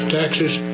taxes